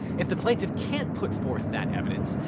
if the plaintiff can't put forth that evidence,